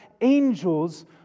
angels